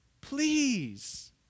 Please